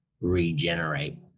regenerate